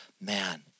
Man